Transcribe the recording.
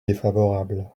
défavorable